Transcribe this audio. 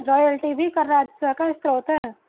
royalty भी कर राजस्व का स्रोत है